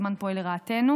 הזמן פועל לרעתנו.